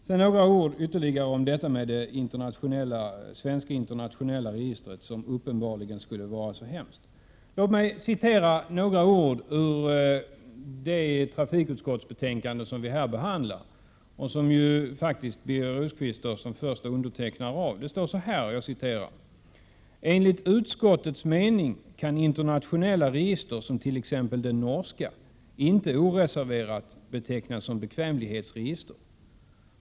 Sedan ytterligare några ord om det svenska internationella registret, som uppenbarligen skulle vara så hemskt. Låt mig citera några ord ur det trafikutskottsbetänkande som vi här behandlar, där Birger Rosqvist faktiskt är förste undertecknare: ”Enligt utskottets mening kan internationella register som t.ex. det norska inte oreserverat betecknas som bekvämlighetsregister.